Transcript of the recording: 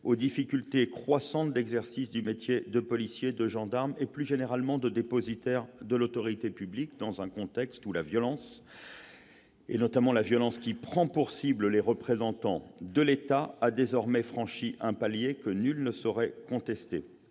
aux difficultés croissantes d'exercice du métier de policier, de gendarme et, plus généralement, de dépositaire de l'autorité publique, dans un contexte où la violence qui prend pour cible les représentants de l'État a désormais franchi un palier que nul ne saurait contester.